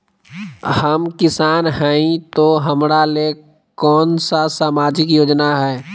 हम किसान हई तो हमरा ले कोन सा सामाजिक योजना है?